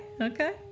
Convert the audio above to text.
okay